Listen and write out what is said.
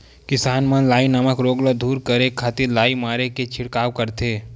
किसान मन लाई नामक रोग ल दूर करे खातिर लाई मारे के छिड़काव करथे